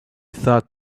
thought